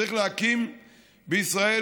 צריך להקים בישראל,